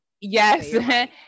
Yes